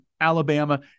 Alabama